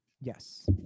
Yes